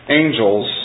angels